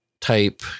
type